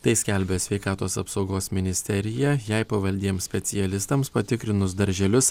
tai skelbia sveikatos apsaugos ministerija jai pavaldiems specialistams patikrinus darželius